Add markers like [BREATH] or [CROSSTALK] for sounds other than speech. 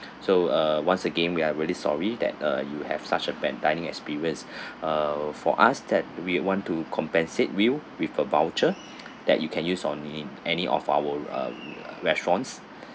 so uh once again we are really sorry that uh you have such a bad dining experience [BREATH] uh for us that we want to compensate you with a voucher [NOISE] that you can use on any any of our uh restaurants